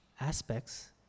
aspects